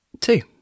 Two